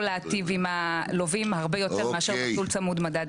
להיטיב עם הלווים הרבה יותר מאשר מסלול צמוד מדד.